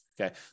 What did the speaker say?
Okay